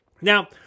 Now